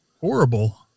horrible